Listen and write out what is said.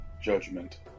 judgment